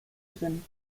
drin